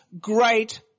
great